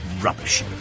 rubbish